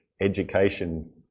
education